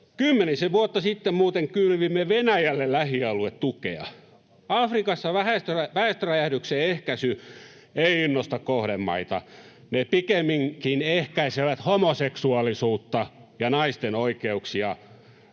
Kymmenisen vuotta sitten muuten kylvimme Venäjälle lähialuetukea. Afrikassa väestöräjähdyksen ehkäisy ei innosta kohdemaita. Ne pikemminkin ehkäisevät homoseksuaalisuutta ja naisten oikeuksia